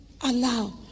allow